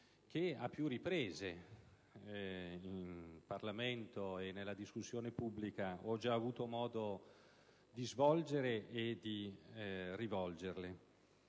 che a più riprese, in Parlamento e nella discussione pubblica, ho già avuto modo di svolgere e di rivolgerle.